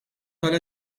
tal